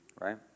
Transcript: right